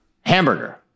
Hamburger